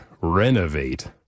renovate